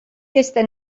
este